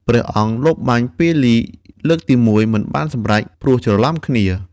ព្រះអង្គលបបាញ់ពាលីលើកទី១ មិនបានសម្រេច ព្រោះច្រឡំគ្នា។